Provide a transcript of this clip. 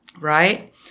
right